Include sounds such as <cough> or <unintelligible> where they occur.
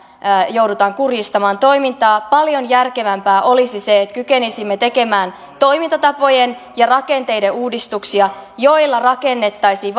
joudutaan kuristamaan toimintaa paljon järkevämpää olisi se että kykenisimme tekemään toimintatapojen ja rakenteiden uudistuksia joilla rakennettaisiin <unintelligible>